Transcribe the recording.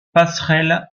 passerelle